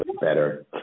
better